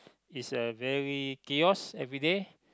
is a very kiosk everyday